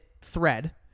thread